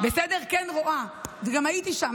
כן, רואה, וגם הייתי שם.